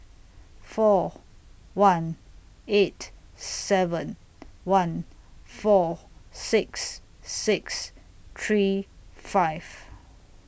four one eight seven one four six six three five